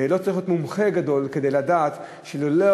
ולא צריך להיות מומחה גדול כדי לדעת שלולא